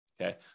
Okay